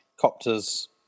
copters